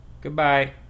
goodbye